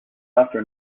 after